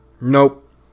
Nope